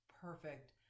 Perfect